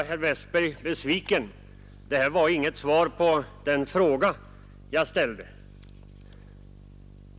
Herr talman! Detta var inget svar på den fråga jag ställde.